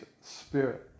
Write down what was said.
Spirit